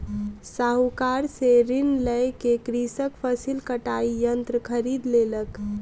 साहूकार से ऋण लय क कृषक फसिल कटाई यंत्र खरीद लेलक